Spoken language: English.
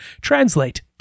translate